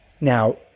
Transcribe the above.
Now